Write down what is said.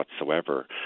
whatsoever